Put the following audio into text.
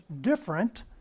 different